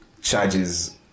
charges